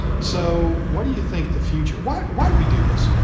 so what do you think the future, why why do we do this,